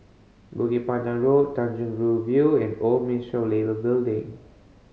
Bukit Panjang Road Tanjong Rhu View and Old of Building